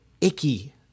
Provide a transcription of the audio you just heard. icky